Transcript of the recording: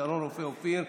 שרון רופא אופיר,